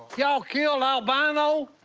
y'all killed albino?